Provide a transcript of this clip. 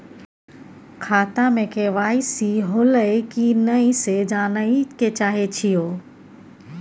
खाता में के.वाई.सी होलै की नय से जानय के चाहेछि यो?